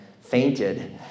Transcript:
fainted